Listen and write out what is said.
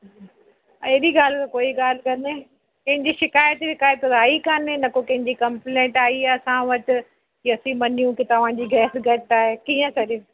अहिड़ी ॻाल्हि कोई ॻाल्हि काने कंहिंजी शिकायत विकायत त आहीं काने न को कंहिंजी कमप्लेंट आई आहे असां वटि कि असीं मञू कि तव्हांजी गैस घटि आहे कीअं कयूं